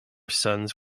sons